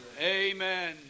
Amen